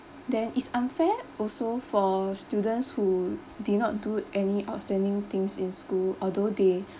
then it's unfair also for students who did not do any outstanding things in school although they